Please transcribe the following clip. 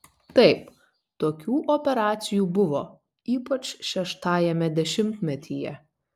taip tokių operacijų buvo ypač šeštajame dešimtmetyje